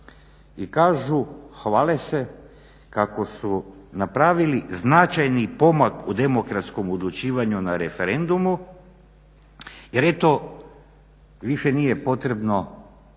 I kažu, hvale se kako su napravili značajni pomak u demokratskom odlučivanju na referendumu jer eto više nije potrebno